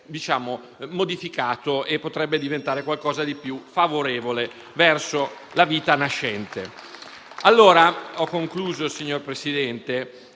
modificata e potrebbe diventare qualcosa di più favorevole verso la vita nascente. Ho concluso, signor Presidente.